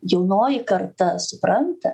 jaunoji karta supranta